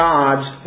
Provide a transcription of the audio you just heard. God's